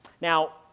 Now